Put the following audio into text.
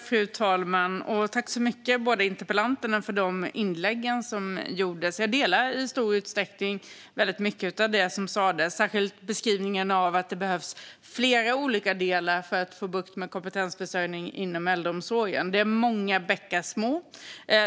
Fru talman! Jag tackar båda interpellanterna för deras inlägg. Jag håller med om väldigt mycket av det som sades, särskilt beskrivningen av att det behövs flera olika delar för att få bukt med kompetensförsörjningen i äldreomsorgen. Det handlar om många bäckar små.